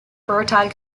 fertile